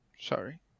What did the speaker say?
Sorry